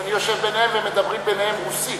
שאני יושב ביניהם והם מדברים ביניהם רוסית?